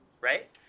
right